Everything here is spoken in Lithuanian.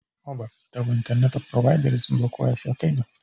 oba tavo interneto provaideris blokuoja svetainę